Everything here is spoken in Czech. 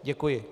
Děkuji.